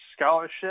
scholarship